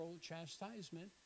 chastisement